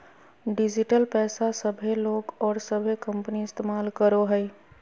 digital पैसा सभे लोग और सभे कंपनी इस्तमाल करो हइ